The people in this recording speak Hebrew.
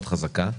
מאוד חזקה,